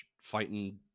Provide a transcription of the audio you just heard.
fighting